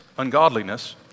ungodliness